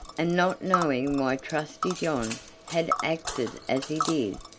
and not knowing why trusty john had acted as he did,